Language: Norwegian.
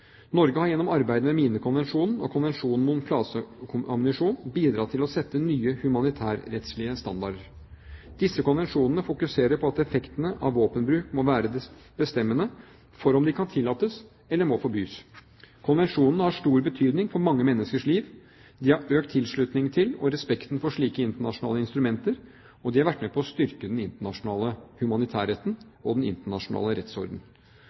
Norge har gjennom arbeidet med Minekonvensjonen og Konvensjonen om klaseammunisjon bidratt til å sette nye humanitærrettslige standarder. Disse konvensjonene fokuserer på at effektene av våpenbruk må være det bestemmende for om de kan tillates eller må forbys. Konvensjonene har stor betydning for mange menneskers liv. De har økt tilslutningen til og respekten for slike internasjonale instrumenter, og de har vært med på å styrke den internasjonale humanitærretten og den internasjonale rettsorden.